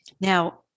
Now